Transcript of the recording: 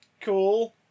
cool